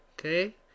Okay